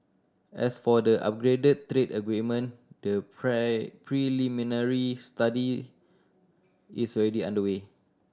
as for the upgraded trade agreement the preliminary study is already underway